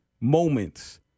moments